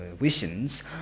visions